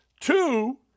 Two